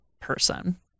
person